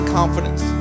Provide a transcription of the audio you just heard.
confidence